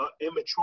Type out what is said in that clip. immature